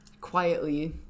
quietly